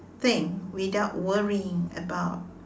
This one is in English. thing without worrying about